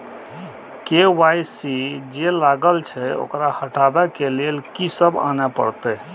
KYC जे लागल छै ओकरा हटाबै के लैल की सब आने परतै?